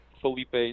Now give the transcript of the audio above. felipe